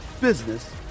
business